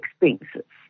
expenses